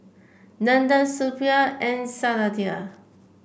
Nandan Suppiah and Satya